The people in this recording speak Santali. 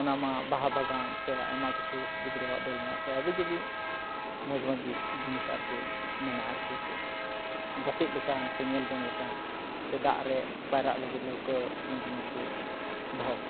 ᱚᱱᱟᱢᱟ ᱵᱟᱦᱟ ᱵᱟᱜᱟᱱ ᱥᱮ ᱟᱭᱢᱟ ᱠᱤᱪᱷᱩ ᱜᱤᱫᱽᱨᱟᱹᱣᱟᱜ ᱫᱳᱞᱱᱟ ᱥᱮ ᱦᱟᱹᱵᱤᱡᱟᱹᱵᱤ ᱢᱚᱡᱽ ᱢᱚᱡᱽ ᱡᱤᱱᱤᱥ ᱟᱨᱠᱤ ᱢᱮᱱᱟᱜᱼᱟ ᱟᱨᱠᱤ ᱠᱚ ᱜᱟᱛᱮ ᱞᱮᱠᱟᱱ ᱥᱮ ᱧᱮᱞᱡᱚᱝ ᱞᱮᱠᱟᱱ ᱥᱮ ᱫᱟᱜᱨᱮ ᱯᱟᱭᱨᱟᱜ ᱞᱟᱹᱜᱤᱫ ᱞᱟᱹᱣᱠᱟᱹ ᱢᱚᱡᱽ ᱢᱚᱡᱽᱠᱚ ᱫᱚᱦᱚᱣᱟᱠᱟᱜᱼᱟ